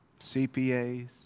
CPAs